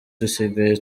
dusigaye